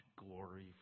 glory